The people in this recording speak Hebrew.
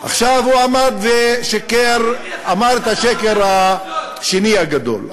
הוא עמד ואמר את השקר השני הגדול.